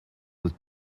with